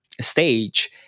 stage